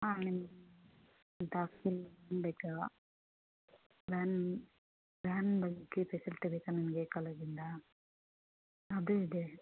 ಹಾಂ ನಿಮ್ಗೆ ಇದು ಹಾಸ್ಟೆಲ್ ಬೇಕಾ ವ್ಯಾನ್ ವ್ಯಾನ್ ಬಗ್ಗೆ ಫೆಸಿಲಿಟಿ ಬೇಕಾ ನಿಮಗೆ ಕಾಲೇಜಿಂದ ಅದು ಇದೆ